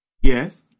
Yes